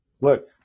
Look